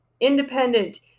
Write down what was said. independent